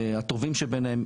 הטובים שביניהם,